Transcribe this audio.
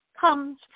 comes